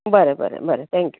बरें बरें बरें